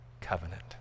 covenant